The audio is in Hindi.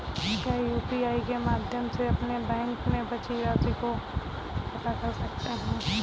क्या यू.पी.आई के माध्यम से अपने बैंक में बची राशि को पता कर सकते हैं?